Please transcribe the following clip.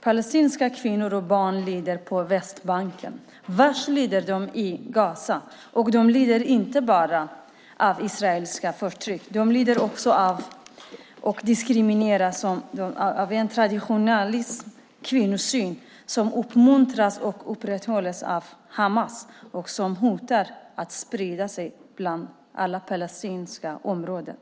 Palestinska kvinnor och barn lider på Västbanken, och värst lider de i Gaza. De lider inte endast av det israeliska förtrycket. De lider också när de diskrimineras av en traditionalistisk kvinnosyn som uppmuntras och upprätthålls av Hamas som hotar att sprida sig till alla palestinska områden.